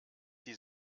die